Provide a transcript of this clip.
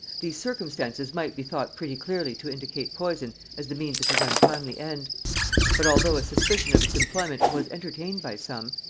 these circumstances might be thought pretty clearly to indicate poison as the means of his untimely end but although a suspicion of its employment was entertained by some,